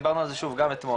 דיברנו על זה גם אתמול,